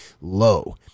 low